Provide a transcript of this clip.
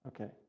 okay